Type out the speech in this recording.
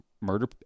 murder